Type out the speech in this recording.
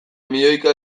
milioika